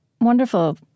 wonderful